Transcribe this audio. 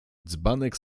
dzbanek